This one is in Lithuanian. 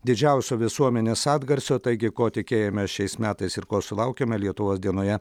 didžiausio visuomenės atgarsio taigi ko tikėjomės šiais metais ir ko sulaukėme lietuvos dienoje